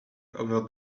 over